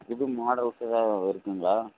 இது மாடல்ஸ் எதாவது இருக்குதுங்களா